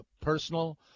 personal